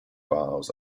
files